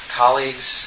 colleagues